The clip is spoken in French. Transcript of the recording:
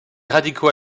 radicaux